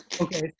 Okay